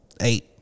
eight